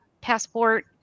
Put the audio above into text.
passport